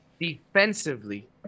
Defensively